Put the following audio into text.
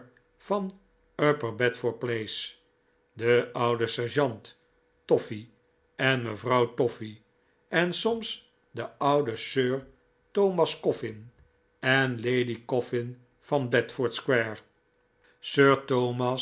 van upper bedford place de oude sergeant toffy en mevrouw toffy en soms de oude sir thomas coffin en lady coffin van bedford square